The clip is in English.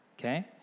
okay